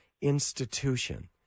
institution